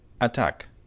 attack